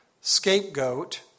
scapegoat